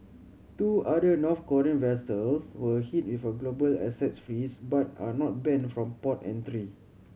two other North Korean vessels were hit with a global assets freeze but are not banned from port entry